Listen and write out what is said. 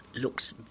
looks